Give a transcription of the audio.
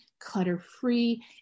clutter-free